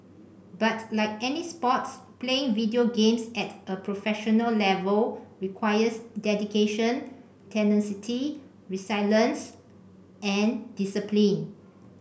but like any sports playing video games at a professional level requires dedication tenacity resilience and discipline